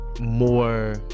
more